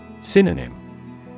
Synonym